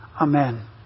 Amen